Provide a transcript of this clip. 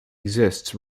exists